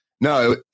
no